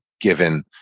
given